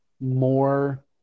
more